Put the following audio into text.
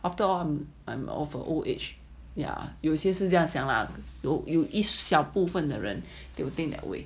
after all I'm of her old age ya 有些是这样想 lah 有一小部分的人 they will think that way